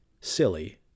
silly